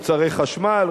מוצרי חשמל,